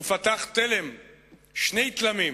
ופתח שני תלמים,